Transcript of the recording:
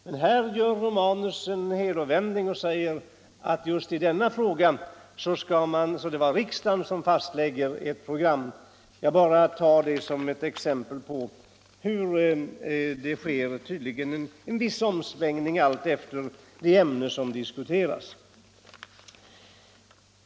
Men här gör herr Romanus en helomvändning och säger att i just denna fråga skall riksdagen fastlägga programmet. Jag tar detta som ett exempel på hur det tydligen sker omsvängningar alltefter det ämne som diskuteras.